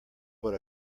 what